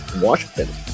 washington